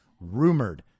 rumored